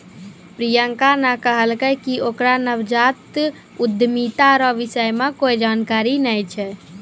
प्रियंका ने कहलकै कि ओकरा नवजात उद्यमिता रो विषय मे कोए जानकारी नै छै